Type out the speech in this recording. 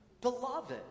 beloved